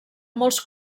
molts